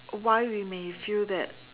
why we may feel that